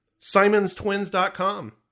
Simonstwins.com